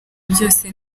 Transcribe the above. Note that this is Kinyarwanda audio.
byose